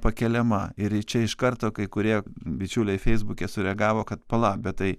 pakeliama ir čia iš karto kai kurie bičiuliai feisbuke sureagavo kad pala bet tai